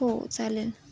हो चालेल